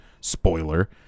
Spoiler